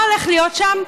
מה הולך להיות שם?